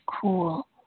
cool